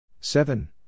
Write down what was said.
Seven